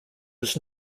was